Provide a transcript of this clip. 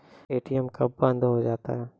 ATM कब बंद हो जाता हैं?